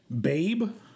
babe